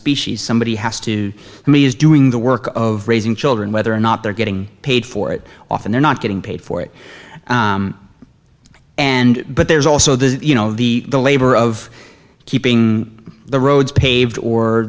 species somebody has to me is doing the work of raising children whether or not they're getting paid for it often they're not getting paid for it and but there's also the you know the the labor of keeping the roads paved or